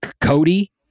Cody